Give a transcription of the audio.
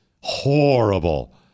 horrible